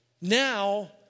Now